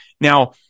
Now